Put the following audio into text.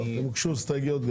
הוגשו גם הסתייגויות.